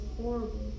horrible